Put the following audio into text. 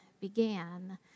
began